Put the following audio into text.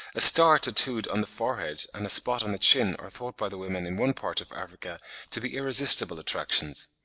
a star tattooed on the forehead and a spot on the chin are thought by the women in one part of africa to be irresistible attractions.